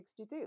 1962